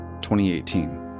2018